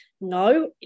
no